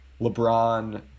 LeBron